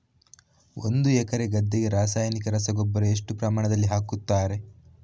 ಒಂದು ಎಕರೆ ಗದ್ದೆಗೆ ರಾಸಾಯನಿಕ ರಸಗೊಬ್ಬರ ಎಷ್ಟು ಪ್ರಮಾಣದಲ್ಲಿ ಹಾಕುತ್ತಾರೆ?